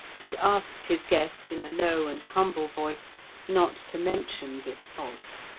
and asked his guest in a low and humble voice not to mention this fault.